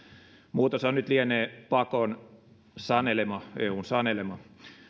muutoshan nyt lienee pakon sanelema eun sanelema